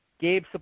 Gabe